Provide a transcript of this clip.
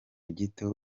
gito